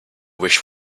wish